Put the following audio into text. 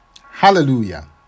Hallelujah